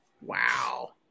Wow